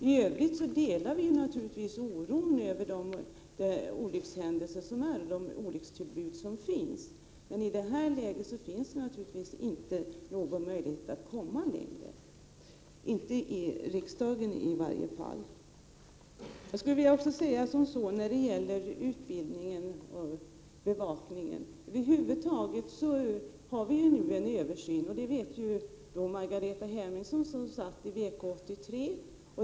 I övrigt delar vi naturligtvis oron över olyckshändelser och olyckstillbud, men i detta läge finns det inte någon möjlighet att komma längre, i varje fall inte i riksdagen. I fråga om utbildningen och bevakningen sker det nu en översyn. Det vet Margareta Hemmingsson, som satt med i VK 83.